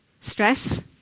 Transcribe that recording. stress